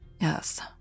Yes